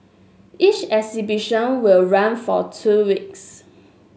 each exhibition will run for two weeks